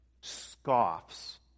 scoffs